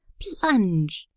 plunge!